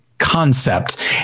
concept